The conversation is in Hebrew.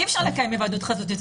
אי-אפשר לקיים היוועדות חזותית.